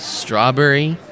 strawberry